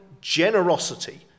generosity